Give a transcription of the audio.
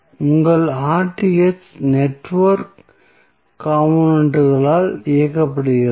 உங்கள் நெட்வொர்க் காம்போனென்ட்களால் இயக்கப்படுகிறது